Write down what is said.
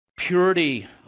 Purity